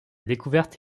découverte